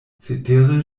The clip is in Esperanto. cetere